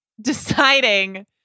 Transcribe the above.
deciding